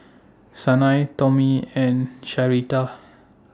Sanai Tommy and Sharita